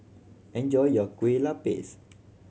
enjoy your Kueh Lapis